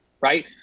Right